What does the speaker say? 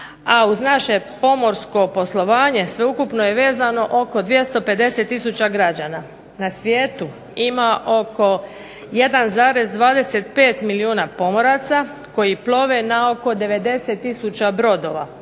a uz naše pomorsko poslovanje sveukupno je vezano oko 250000 građana. Na svijetu ima oko 1,25 milijuna pomoraca koji plove na oko 90000 brodova.